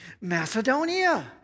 Macedonia